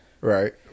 Right